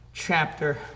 chapter